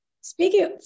Speaking